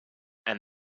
and